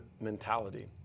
mentality